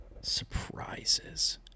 Surprises